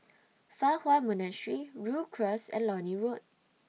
Fa Hua Monastery Rhu Cross and Lornie Road